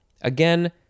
Again